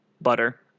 butter